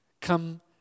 come